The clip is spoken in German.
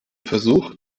versuch